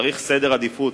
צריך סדר עדיפויות,